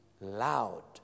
loud